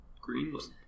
Greenland